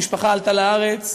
המשפחה עלתה לארץ,